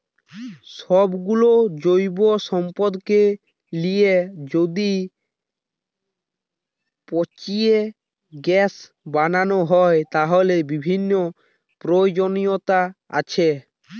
সব গুলো জৈব সম্পদকে লিয়ে যদি পচিয়ে গ্যাস বানানো হয়, তার বিভিন্ন প্রয়োজনীয়তা আছে